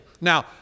Now